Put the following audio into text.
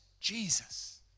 Jesus